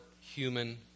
human